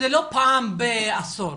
זה לא פעם בעשור.